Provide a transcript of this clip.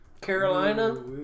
Carolina